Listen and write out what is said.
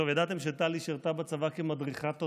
ידעתם שטלי שירתה בצבא כמדריכת תותחנים?